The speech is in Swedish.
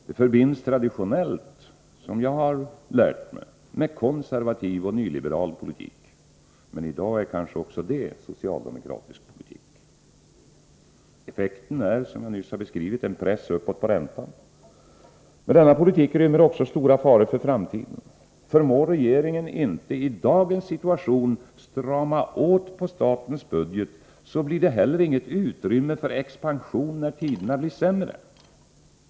Det förbinds, som jag har lärt mig, traditionellt med konservativ och nyliberal politik. Men i dag är det kanske också socialdemokratisk politik. — Effekten blir, som jag nyss har beskrivit, en press uppåt på räntan. Men denna politik rymmer också stora faror för framtiden. Förmår regeringen inte i dagens situation strama åt på statens budget, blir det heller inget utrymme för expansion när tiderna blir sämre.